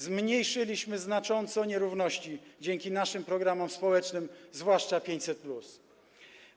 Zmniejszyliśmy znacząco nierówności dzięki naszym programom społecznym, zwłaszcza 500+.